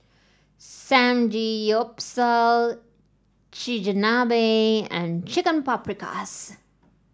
Samgeyopsal Chigenabe and Chicken Paprikas